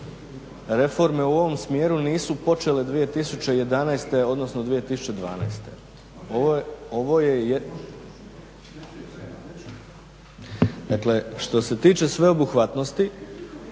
reforme u ovom smjeru nisu počele 2011. odnosno 2012. Dakle što se tiče sveobuhvatnosti